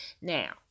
Now